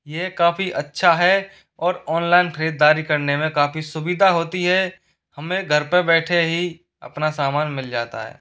यह काफ़ी अच्छा है और ऑनलाइन खरीदारी करने में काफ़ी सुविधा होती है हमें घर पे बैठे ही अपना सामान मिल जाता है